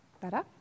better